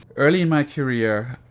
early in my career,